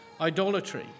idolatry